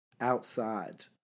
outside